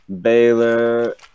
Baylor